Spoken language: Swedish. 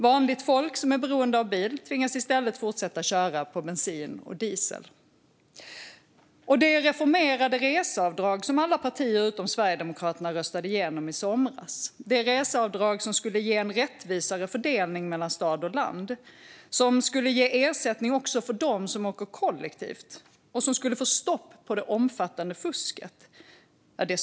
Vanligt folk som är beroende av bil tvingas i stället fortsätta att köra på bensin och diesel. Det reformerade reseavdrag som alla partier utom Sverigedemokraterna röstade igenom i somras stoppas - det reseavdrag som skulle ge en rättvisare fördelning mellan stad och land, som skulle ge ersättning också för dem som åker kollektivt och som skulle få stopp på det omfattande fusket.